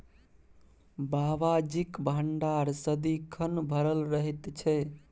बाबाजीक भंडार सदिखन भरल रहैत छै